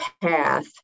path